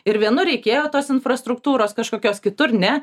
ir vienur reikėjo tos infrastruktūros kažkokios kitur ne